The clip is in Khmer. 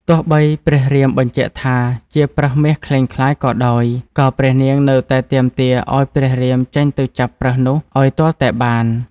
ទោះបីព្រះរាមបញ្ជាក់ថា ជាប្រើសមាសក្លែងក្លាយក៏ដោយ ក៏ព្រះនាងនៅតែទាមទារឱ្យព្រះរាមចេញទៅចាប់ប្រើសនោះឱ្យទាល់តែបាន។